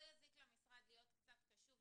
לא יזיק למשרד להיות קצת קשוב.